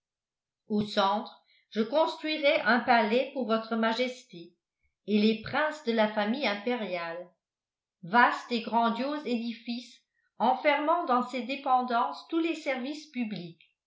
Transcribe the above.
au centre je construirais un palais pour votre majesté et les princes de la famille impériale vaste et grandiose édifice enfermant dans ses dépendances tous les services publics